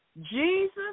Jesus